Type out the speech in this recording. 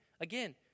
Again